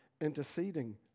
interceding